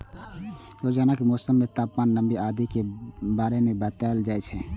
रोजानाक मौसम मे तापमान, नमी आदि के बारे मे बताएल जाए छै